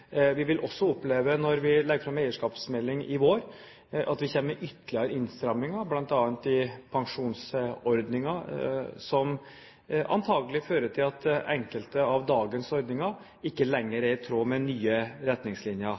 Vi vil også oppleve når vi legger fram eierskapsmelding i vår, at vi kommer med ytterligere innstramminger, bl.a. i pensjonsordningen, som antakelig fører til at enkelte av dagens ordninger ikke lenger er i tråd med de nye